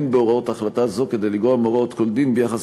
אין בהוראות החלטה זו כדי לגרוע מהוראות כל דין ביחס